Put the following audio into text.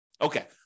Okay